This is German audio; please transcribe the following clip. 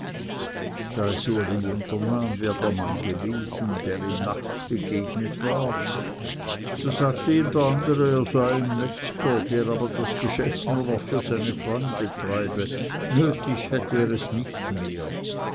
wer der mann gewesen der ihm nachts begegnet war so sagte ihm der andere er sei ein metzger der aber das geschäft nur noch für seine freunde treibe nötig hätte er es nicht mehr